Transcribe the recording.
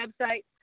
website